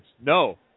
No